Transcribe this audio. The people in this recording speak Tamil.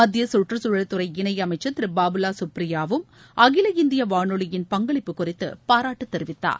மத்திய சுற்றுச்சூழல் துறை இனை அமைச்சர் திரு பாபுலா சுப்ரியாவும் அகில இந்திய வானொலியின் பங்களிப்பு குறித்து பாராட்டு தெரிவித்தார்